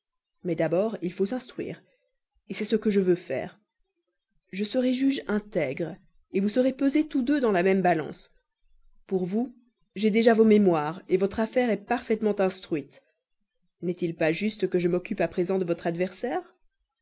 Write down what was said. mais d'abord il faut s'instruire c'est ce que je veux faire je serai juge intègre vous serez pesés tous deux dans la même balance pour vous j'ai déjà vos mémoires votre affaire est parfaitement instruite n'est-il pas juste que je m'occupe à présent de votre adversaire